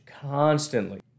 constantly